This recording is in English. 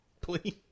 Please